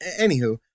Anywho